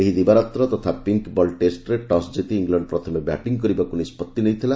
ଏହି ଦିବାରାତ୍ର ତଥା ପିଙ୍କ୍ ବଲ୍ ଟେଷ୍ଟରେ ଟସ୍ ଜିତି ଙ୍ଗଲଣ୍ଡ ପ୍ରଥମେ ବ୍ୟାଟିଂ କରିବାକୁ ନିଷ୍ପଭି ନେଇଥିଲା